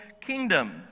kingdom